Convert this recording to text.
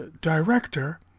director